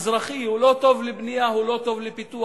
במזרחי, הוא לא טוב לבנייה, הוא לא טוב לפיתוח.